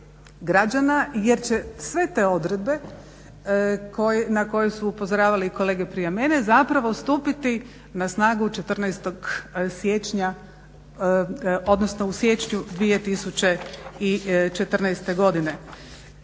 građana jer će sve te odredbe na koje su upozoravali i kolege prije mene zapravo stupiti na snagu 14.siječnja, odnosno u siječnju 2014.godine.